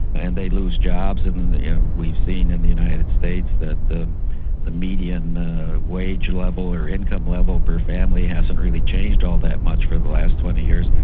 and they lose jobs and and yeah we've seen in the united states that the the median wage level or income level per family hasn't really changed all that much for the last twenty years.